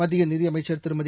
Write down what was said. மத்திய நிதியமைச்சர் திருமதி